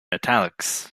italics